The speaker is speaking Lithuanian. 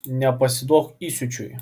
nepasiduok įsiūčiui